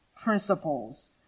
principles